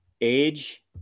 age